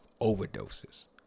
overdoses